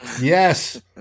Yes